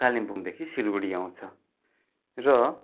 कालिम्पोङदेखि सिलगढी आउँछ र